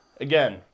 again